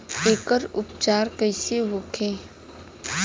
एकर उपचार कईसे होखे?